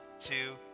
two